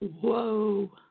Whoa